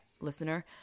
listener